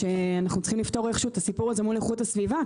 שאנו צריכים לפתור את הסיפור הזה מול איכות הסביבה.